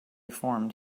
formed